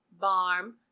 barm